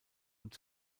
und